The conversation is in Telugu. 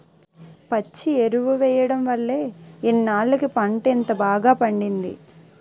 పచ్చి ఎరువు ఎయ్యడం వల్లే ఇన్నాల్లకి పంట ఇంత బాగా పండింది